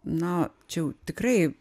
na čia jau tikrai